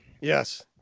yes